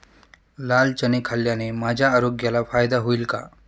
लाल चणे खाल्ल्याने माझ्या आरोग्याला फायदा होईल का?